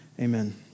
Amen